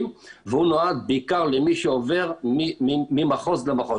והוא נועד בעיקר למי שעובר ממחוז למחוז.